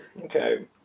Okay